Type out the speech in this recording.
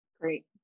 Great